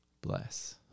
Bless